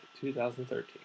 2013